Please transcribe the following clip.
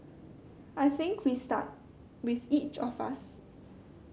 I think we start with each of us